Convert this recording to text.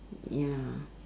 ya